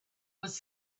was